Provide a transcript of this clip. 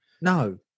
No